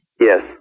Yes